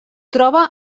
troba